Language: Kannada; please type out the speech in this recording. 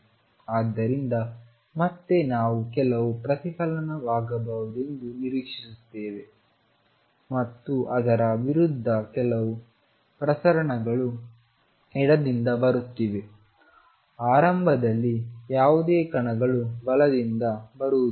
ಆದ್ದರಿಂದ ಮತ್ತೆ ನಾವು ಕೆಲವು ಪ್ರತಿಫಲನವಾಗಬಹುದೆಂದು ನಿರೀಕ್ಷಿಸುತ್ತೇವೆ ಮತ್ತು ಅದರ ವಿರುದ್ಧ ಕೆಲವು ಪ್ರಸರಣವು ಕಣಗಳು ಎಡದಿಂದ ಬರುತ್ತಿವೆ ಆರಂಭದಲ್ಲಿ ಯಾವುದೇ ಕಣಗಳು ಬಲದಿಂದ ಬರುವುದಿಲ್ಲ